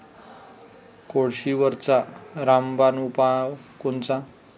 कोळशीवरचा रामबान उपाव कोनचा?